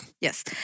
Yes